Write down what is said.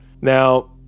now